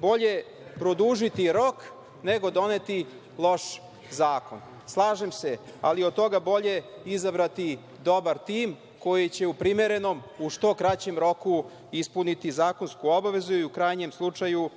bolje produžiti rok nego doneti loš zakon. Slažem se, ali je od toga bolje izabrati dobar tim koji će u primerenom, u što kraćem roku ispuniti zakonsku obavezu i u krajnjem slučaju